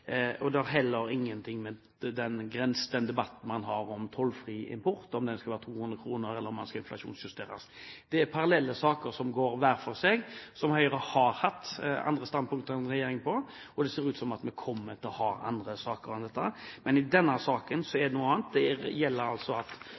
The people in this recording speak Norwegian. og det har heller ingenting å gjøre med den debatten man har om tollfri import – om den skal være 200 kr eller inflasjonsjusteres. Det er parallelle saker som går hver for seg, der Høyre har hatt andre standpunkter enn regjeringen, og det ser ut til at vi kommer til å ha det i andre saker enn dette. Men i denne saken er